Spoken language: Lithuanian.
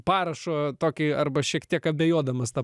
parašo tokį arba šiek tiek abejodamas tą